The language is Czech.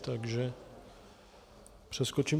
Takže přeskočím.